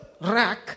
rack